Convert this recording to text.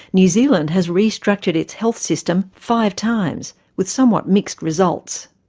new zealand has restructured its health system five times, with somewhat mixed results.